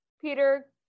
peter